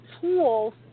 tools